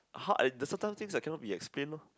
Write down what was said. how I sometimes things cannot be explained lor